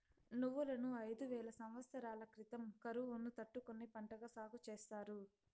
నువ్వులను ఐదు వేల సమత్సరాల క్రితం కరువును తట్టుకునే పంటగా సాగు చేసారు